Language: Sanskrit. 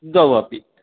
द्वौ अपि